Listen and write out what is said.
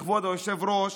כבוד היושב-ראש,